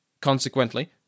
Consequently